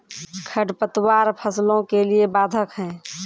खडपतवार फसलों के लिए बाधक हैं?